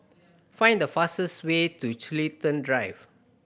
find the fastest way to Chiltern Drive